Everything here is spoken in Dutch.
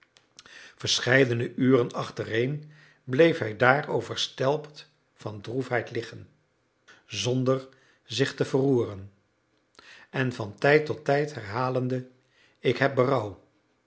verscheidene uren achtereen bleef hij daar overstelpt van droefheid liggen zonder zich te verroeren en van tijd tot tijd herhalende ik heb